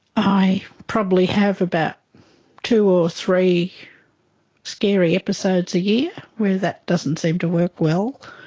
i probably have about two or three scary episodes a year where that doesn't seem to work well,